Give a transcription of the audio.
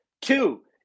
Two